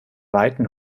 weiten